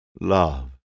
love